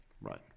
Right